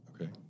Okay